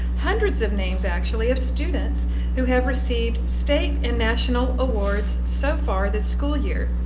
hundreds of names, actually, of students who have received state and national awards so far this school year.